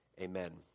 Amen